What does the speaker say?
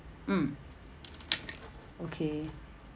mm okay